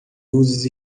luzes